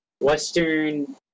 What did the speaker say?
Western